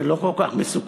זה לא כל כך מסוכן.